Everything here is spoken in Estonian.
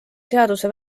seaduse